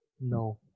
No